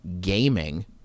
gaming